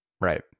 Right